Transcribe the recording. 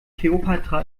kleopatra